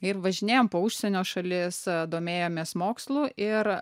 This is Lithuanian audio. ir važinėjom po užsienio šalis domėjomės mokslu ir